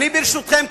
ברשותכם,